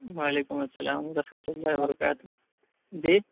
و علیکم السلام و رحمۃ اللہ و برکاتہ جی